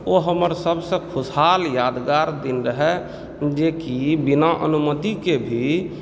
ओ हमर सबसे खुशहाल यादगार दिन रहै जे कि बिना अनुमति के भी